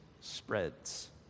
spreads